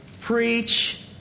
Preach